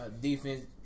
defense